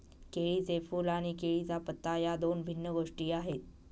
केळीचे फूल आणि केळीचा पत्ता या दोन भिन्न गोष्टी आहेत